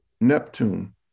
Neptune